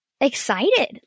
excited